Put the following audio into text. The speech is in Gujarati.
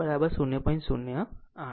એ જ રીતે Y 20